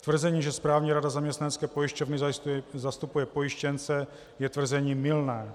Tvrzení, že správní rada zaměstnanecké pojišťovny zastupuje pojištěnce je tvrzení mylné.